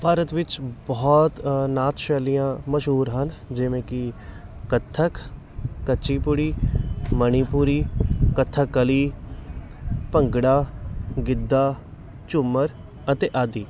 ਭਾਰਤ ਵਿੱਚ ਬਹੁਤ ਨਾਚ ਸ਼ੈਲੀਆਂ ਮਸ਼ਹੂਰ ਹਨ ਜਿਵੇਂ ਕਿ ਕਥਕ ਕੱਚੀ ਪੂੜੀ ਮਣੀਪੁਰੀ ਕਥਕ ਕਲੀ ਭੰਗੜਾ ਗਿੱਧਾ ਝੂੰਮਰ ਅਤੇ ਆਦਿ